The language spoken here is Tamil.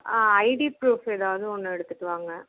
ஐடி ப்ரூஃப் ஏதாவது ஒன்று எடுத்துட்டு வாங்க